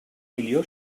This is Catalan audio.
milió